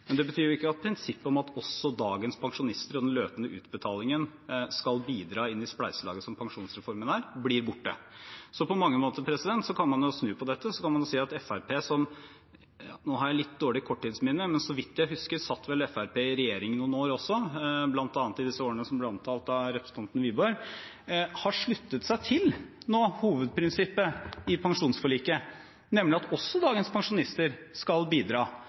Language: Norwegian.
men det betyr ikke at prinsippet om at også dagens pensjonister og den løpende utbetalingen skal bidra inn i spleiselaget som pensjonsreformen er, blir borte. På mange måter kan man snu på dette og si at Fremskrittspartiet – nå har jeg litt dårlig korttidsminne, men så vidt jeg husker, satt vel Fremskrittspartiet i regjering noen år også, bl.a. i de årene som ble omtalt av representanten Wiborg – nå har sluttet seg til hovedprinsippet i pensjonsforliket, nemlig at også dagens pensjonister skal bidra,